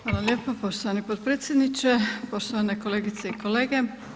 Hvala lijepa poštovani potpredsjedniče, poštovane kolegice i kolege.